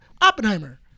Oppenheimer